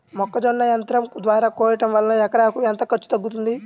మొక్కజొన్న యంత్రం ద్వారా కోయటం వలన ఎకరాకు ఎంత ఖర్చు తగ్గుతుంది?